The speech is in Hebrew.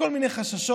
יש כל מיני חששות,